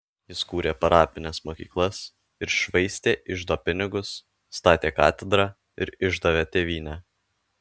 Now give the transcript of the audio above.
jis kūrė parapines mokyklas ir švaistė iždo pinigus statė katedrą ir išdavė tėvynę